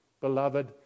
Beloved